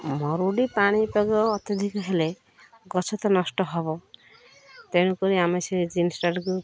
ମରୁଡ଼ି ପାଣିପାଗ ଅତ୍ୟଧିକ ହେଲେ ଗଛ ତ ନଷ୍ଟ ହବ ତେଣୁକରି ଆମେ ସେ ଜିନିଷଟିକୁ